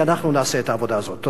כי אנחנו נעשה את העבודה הזאת.